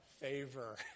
favor